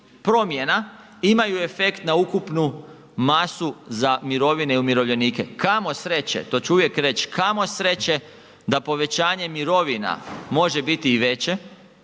promjena imaju efekt na ukupnu masu za mirovine i umirovljenike. Kamo sreće, to ću uvijek reći, kamo sreće da povećanje mirovina može biti i veće,